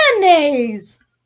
mayonnaise